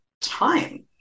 time